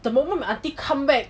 the moment my aunty come back